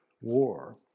war